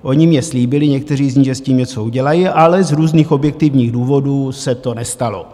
Oni mně slíbili, někteří z nich, že s tím něco udělají, ale z různých objektivních důvodů se to nestalo.